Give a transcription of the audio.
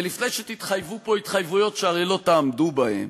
ולפני שתתחייבו פה בהתחייבויות שהרי לא תעמדו בהן,